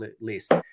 list